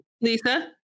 Lisa